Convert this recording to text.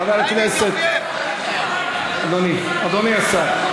אדוני השר.